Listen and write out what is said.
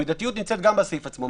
המידתיות גם נמצאת בסעיף עצמו.